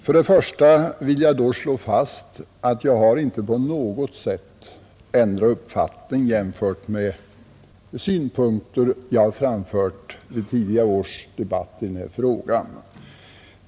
Först och främst vill jag slå fast att jag inte på något sätt har ändrat uppfattning jämfört med de synpunkter jag framfört vid tidigare års debatter i denna fråga.